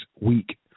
week